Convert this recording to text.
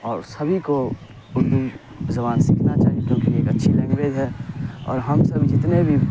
اور سبھی کو اردو زبان سیکھنا چاہیے کیونکہ ایک اچھی لینگویج ہے اور ہم سبھی جتنے بھی